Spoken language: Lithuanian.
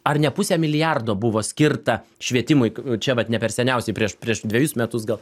ar ne pusė milijardo buvo skirta švietimui čia vat neperseniausiai prieš prieš dvejus metus gal